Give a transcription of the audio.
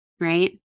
right